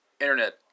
internet